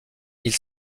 ils